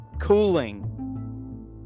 cooling